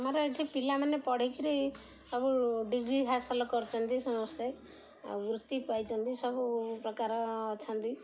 ଆମର ଏଠି ପିଲାମାନେ ପଢ଼ିକିରି ସବୁ ଡ଼ିଗ୍ରୀ ହାସଲ କରୁଛନ୍ତି ସମସ୍ତେ ଆଉ ବୃତ୍ତି ପାଇଛନ୍ତି ସବୁ ପ୍ରକାର ଅଛନ୍ତି